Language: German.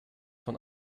von